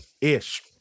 Ish